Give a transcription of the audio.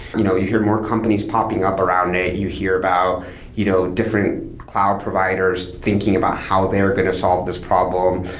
you know you hear more companies popping up around and it, you hear about you know different cloud providers thinking about how they are going to solve this problem.